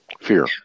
fear